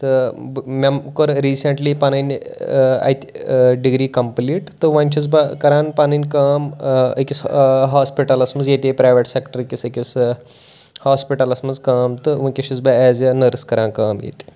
تہٕ بہٕ مےٚ کوٚر ریٖسیٚنٹلی پَنٕنۍ ٲں اَتہِ ٲں ڈگری کَمپٕلیٖٹ تہٕ وۄنۍ چھُس بہٕ کَران پَنٕنۍ کٲم ٲں أکِس ٲں ہاسپِٹَلَس منٛز ییٚتے پرٛایویٹ سیٚکٹَر کِس أکِس ہاسپِٹَلَس منٛز کٲم تہٕ وُنکیٚس چھُس بہٕ ایز اےٚ نٔرس کَران کٲم ییٚتہِ